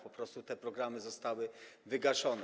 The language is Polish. Po prostu te programy zostały wygaszone.